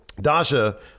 dasha